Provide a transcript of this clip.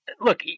look